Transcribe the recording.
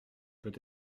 peut